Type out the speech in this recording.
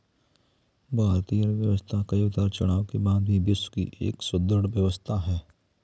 भारतीय अर्थव्यवस्था कई उतार चढ़ाव के बाद भी विश्व की एक सुदृढ़ व्यवस्था है